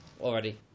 already